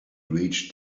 reached